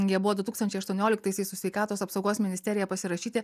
jie buvo du tūkstančiai aštuonioliktaisiais su sveikatos apsaugos ministerija pasirašyti